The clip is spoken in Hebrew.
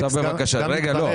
אלכס --- לא.